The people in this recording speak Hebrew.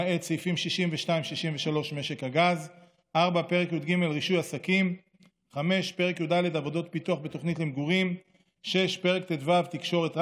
למעט סעיפים 63-62 (משק הגז); 4. פרק י"ג (רישוי עסקים); 5. פרק י"ד (עבודות פיתוח בתוכנית למגורים); 6. פרק ט"ו (תקשורת),